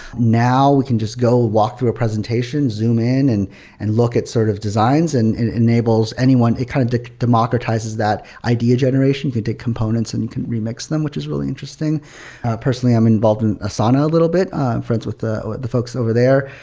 now we can just go walk through a presentation, zoom in and and look at sort of designs and it enables anyone it kind of democratizes that idea generation. it can take components and you can remix them, which is really interesting personally, i'm involved in asana a little bit. i'm friends with the the folks over there.